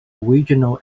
regional